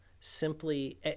simply